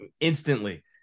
instantly